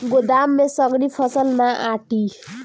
गोदाम में सगरी फसल ना आटी